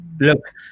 look